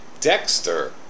Dexter